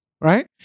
right